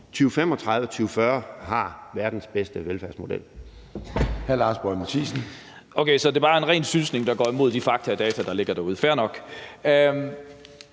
2035 og 2040 har verdens bedste velfærdsmodel.